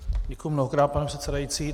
Děkuji mnohokrát, pane předsedající.